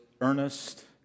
earnest